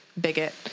bigot